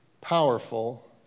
powerful